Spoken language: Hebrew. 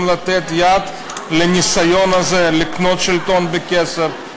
לתת יד לניסיון הזה לקנות שלטון בכסף,